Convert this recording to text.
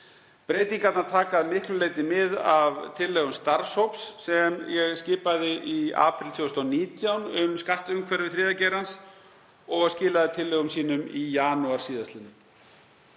Breytingarnar taka að miklu leyti mið af tillögum starfshóps sem ég skipaði í apríl 2019, um skattumhverfi þriðja geirans, og skilaði tillögum sínum í janúar sl.